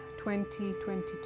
2022